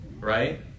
right